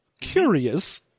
Curious